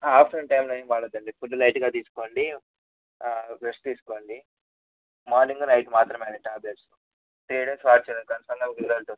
afternoon టైంలో ఏమి వాడద్దండి ఫుడ్ లైట్గా తీసుకోండి హా రెస్ట్ తీసుకోండి మార్నింగ్ నైట్ మాత్రమే అవి టాబ్లెట్స్ త్రీ డేస్ వాడి చూడండి దాని తరువాత రిజల్ట్ వస్తుంది